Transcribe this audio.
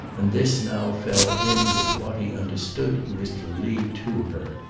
and this now fell in with what he understood he was to leave to her.